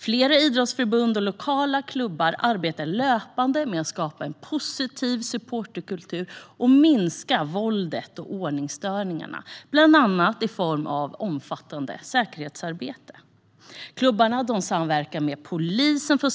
Flera idrottsförbund och lokala klubbar arbetar löpande med att skapa en positiv supporterkultur och minska våldet och ordningsstörningarna, bland annat genom ett omfattande säkerhetsarbete. Klubbarna samverkar med polisen för